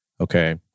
okay